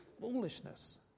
foolishness